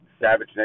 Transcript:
Savage